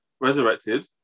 resurrected